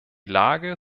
lage